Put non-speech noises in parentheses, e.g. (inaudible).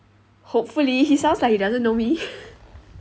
hopefully he sounds like he doesn't know me (laughs)